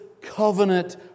covenant